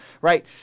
Right